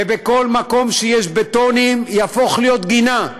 ובכל מקום שיש בטונים זה יהפוך להיות גינה,